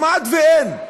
כמעט שאין.